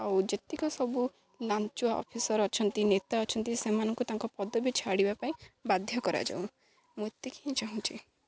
ଆଉ ଯେତିକ ସବୁ ଲାଞ୍ଚୁଆ ଅଫିସର୍ ଅଛନ୍ତି ନେତା ଅଛନ୍ତି ସେମାନଙ୍କୁ ତାଙ୍କ ପଦବୀ ଛାଡ଼ିବା ପାଇଁ ବାଧ୍ୟ କରାଯାଉ ମୁଁ ଏତିକି ହିଁ ଚାହୁଁଛି